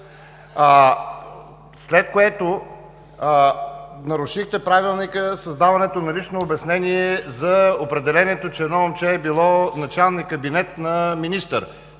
След което нарушихте Правилника с даването на лично обяснение за определението, че едно момче е било началник кабинет на министъра.